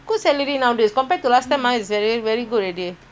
I know two hundred something got two hundred fifty